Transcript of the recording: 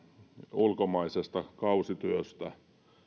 ulkomaisesta kausityöstä